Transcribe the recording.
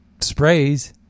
sprays